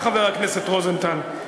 חבר הכנסת רוזנטל,